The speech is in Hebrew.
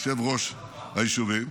יושב-ראש היישובים,